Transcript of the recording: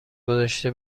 گذاشته